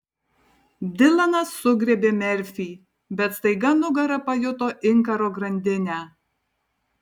dilanas sugriebė merfį bet staiga nugara pajuto inkaro grandinę